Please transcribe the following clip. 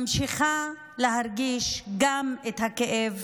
ממשיכה להרגיש גם את הכאב